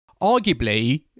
Arguably